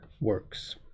works